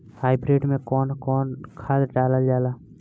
Hybrid में कउन कउन खाद डालल जाला?